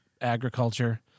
agriculture